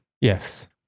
Yes